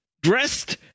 dressed